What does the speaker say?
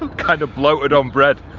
um kind of bloated on bread.